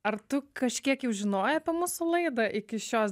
ar tu kažkiek jau žinojai apie mūsų laidą iki šios